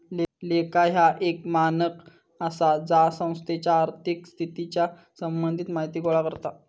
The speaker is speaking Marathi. लेखा ह्या एक मानक आसा जा संस्थेच्या आर्थिक स्थितीच्या संबंधित माहिती गोळा करता